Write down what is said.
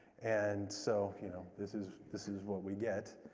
and so you know, this is this is what we get.